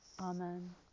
Amen